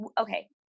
Okay